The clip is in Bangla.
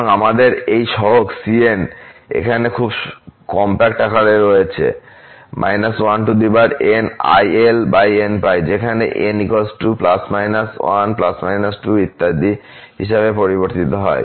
সুতরাং আমাদের এই সহগ cn এখানে একটি খুব কমপ্যাক্ট আকারে রয়েছে যেখানে n ±1 ±2 ইত্যাদি হিসাবে পরিবর্তিত হয়